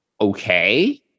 okay